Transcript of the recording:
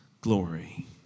glory